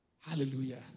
Hallelujah